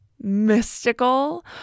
mystical